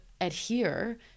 adhere